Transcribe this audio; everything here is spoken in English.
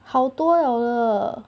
好多 liao 的